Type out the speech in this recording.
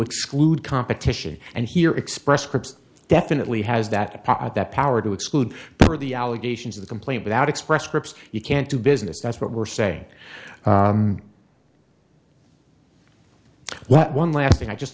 exclude competition and here express scripts definitely has that that power to exclude for the allegations of the complaint without express scripts you can't do business that's what we're saying let one last thing i'd just